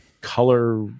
color